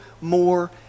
more